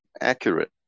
accurate